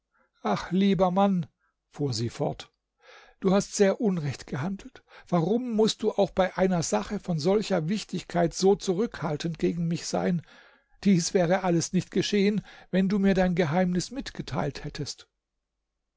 ach lieber mann fuhr sie fort du hast sehr unrecht gehandelt warum mußt du auch bei einer sache von solcher wichtigkeit so zurückhaltend gegen mich sein dies wäre alles nicht geschehen wenn du mir dein geheimnis mitgeteilt hättest